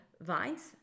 vines